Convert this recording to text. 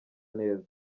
neza